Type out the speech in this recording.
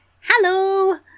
Hello